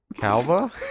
Calva